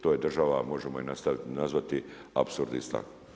To je država možemo ju nazvati „Apsordistan“